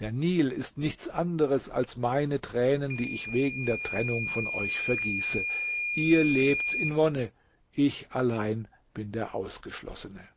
der nil ist nichts anderes als meine tränen die ich wegen der trennung von euch vergieße ihr lebt in wonne ich allein bin der ausgeschlossene